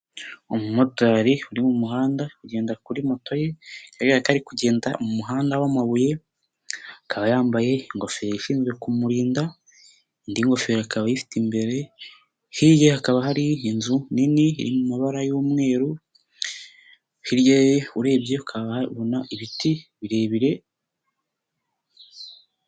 Umumotari uri mumuhanda ugenda kuri moto ye, urareba ko ari kugenda mu muhanda wamabuye, akaba yambaye ingofero ishinzwe kumurinda, indi ngofero akaba yifitefite imbere, hirya hakaba hari inzu nini iri mu mabara y'umweru, hiryaye urebye ukababona ibiti birebire.